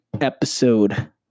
episode